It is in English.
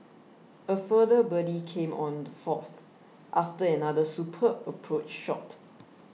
a further birdie came on the fourth after another superb approach shot